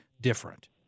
different